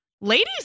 ladies